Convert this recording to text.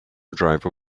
driver